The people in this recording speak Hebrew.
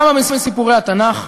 כמה מסיפורי התנ"ך,